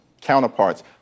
counterparts